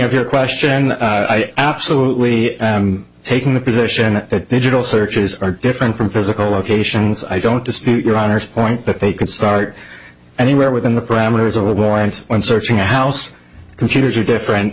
of your question i absolutely am taking the position that digital searches are different from physical locations i don't dispute your honor's point that they can start anywhere within the parameters of a warrant when searching a house computers are different